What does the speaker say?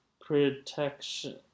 protection